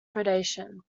predation